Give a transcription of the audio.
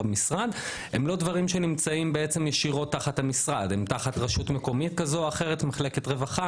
לצערי במשרד הרווחה